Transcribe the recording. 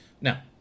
Now